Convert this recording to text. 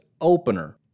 opener